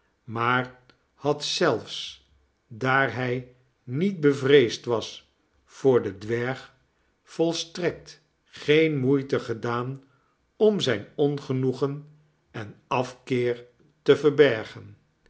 maar had zelfs daar hij niet bevreesd was voor den dwerg volstrekt geen moeite gedaan om zijn ongenoegen en afkeer te verbergen